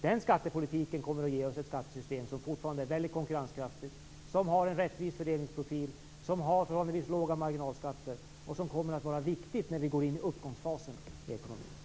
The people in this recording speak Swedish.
Den skattepolitiken kommer att ge oss ett skattesystem som fortfarande är väldigt konkurrenskraftigt, som har en rättvis fördelningsprofil, som har förhållandevis låga marginalskatter och som kommer att vara viktigt när vi går in i uppgångsfasen i ekonomin.